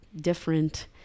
different